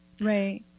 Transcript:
Right